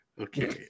okay